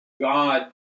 God